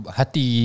hati